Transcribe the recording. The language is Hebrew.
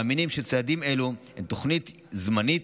אנו מאמינים שצעדים אלו הם תוכנית זמנית